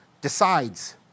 decides